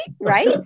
Right